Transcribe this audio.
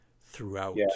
throughout